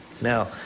now